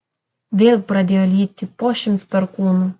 vėl pradėjo lyti po šimts perkūnų